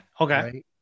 okay